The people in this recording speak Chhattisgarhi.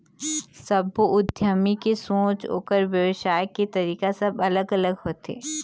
सब्बो उद्यमी के सोच, ओखर बेवसाय के तरीका सब अलग अलग होथे